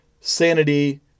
Sanity